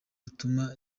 rutuma